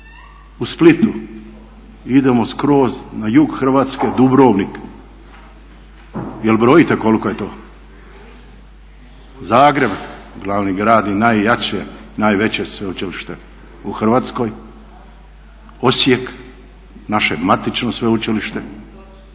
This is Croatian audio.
u Splitu i idemo skroz na jug Hrvatske, Dubrovnik. Je li brojite koliko je to? Zagreb, glavni grad je najjače, najveće sveučilište u Hrvatskoj. Osijek, naše matično sveučilište,